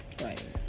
right